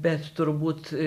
bet turbūt